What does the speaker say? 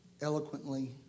eloquently